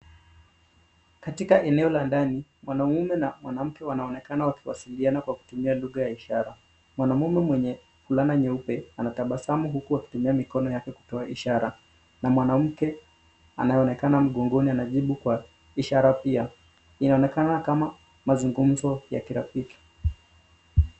Katika eneo la ndani, mwamume na mwanamke wanaonekana wakijadiliana kwa kutumia njia ya ishara. Mwanaume mwenye fulana nyeupe anatabasamu huku akitumia mikono yake kutoa ishara na mwanamke anaye onekana mgongoni anajibu kwa ishara pia. Inaonekana kama mazungumzo ya kirafiki.